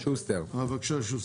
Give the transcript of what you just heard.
בבקשה, שוסטר.